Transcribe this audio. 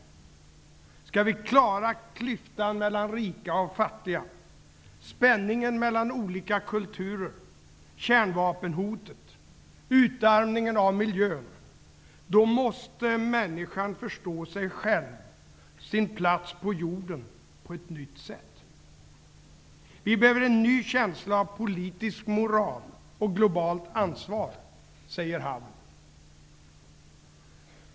Skall vi klara klyftan mellan rika och fattiga, spänningen mellan olika kulturer, kärnvapenhotet, utarmningen av miljön, då måste människan förstå sig själv och sin plats på jorden på ett nytt sätt. Vi behöver en ny känsla av politisk moral och globalt ansvar, säger Havel.